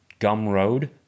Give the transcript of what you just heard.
Gumroad